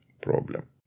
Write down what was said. problem